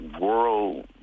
world